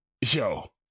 Yo